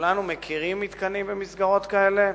כולנו מכירים מתקנים ומסגרות כאלה,